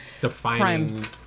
defining